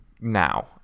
now